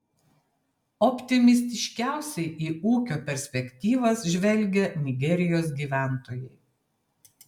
optimistiškiausiai į ūkio perspektyvas žvelgia nigerijos gyventojai